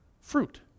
fruit